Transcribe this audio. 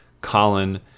Colin